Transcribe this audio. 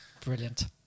Brilliant